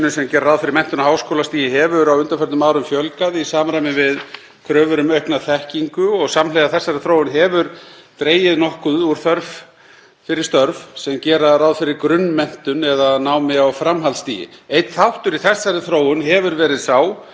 fyrir störf sem gera ráð fyrir grunnmenntun eða námi á framhaldsstigi. Einn þáttur í þessari þróun hefur verið sá að talin hefur verið þörf fyrir að færa menntun og færni sumra fjölmennra starfstétta ríkisins upp á háskólastig. Sem dæmi um þetta frá árum áður